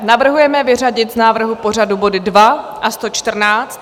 Navrhujeme vyřadit z návrhu pořadu body 2 a 114.